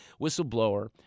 whistleblower